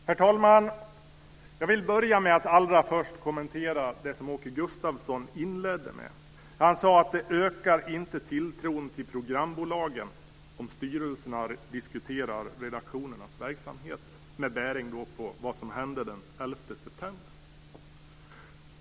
Herr talman! Jag vill allra först kommentera det som Åke Gustavsson inledde med. Han sade att det inte ökar tilltron till programbolagen om styrelsen diskuterar redaktionernas verksamhet, med bäring på det som hände den 11 september.